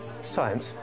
Science